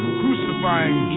crucifying